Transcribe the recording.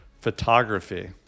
photography